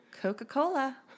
Coca-Cola